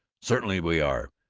certainly we are!